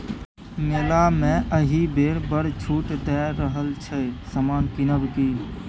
मेला मे एहिबेर बड़ छूट दए रहल छै समान किनब कि?